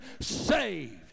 saved